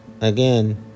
Again